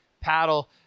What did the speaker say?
Paddle